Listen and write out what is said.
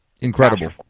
incredible